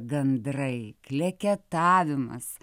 gandrai kleketavimas